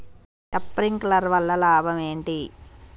Sprinkler వల్ల లాభం ఏంటి?